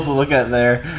look at there.